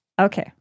Okay